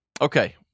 Okay